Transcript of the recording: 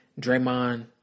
Draymond